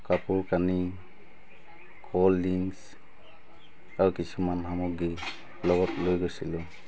কাপোৰ কানি cold drinks আৰু কিছুমান সামগ্ৰী লগত লৈ গৈছিলোঁ